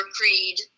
creed